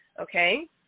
Okay